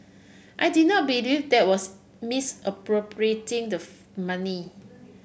I did not believe that was misappropriating the money